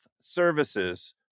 Services